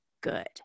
good